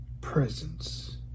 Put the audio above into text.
presence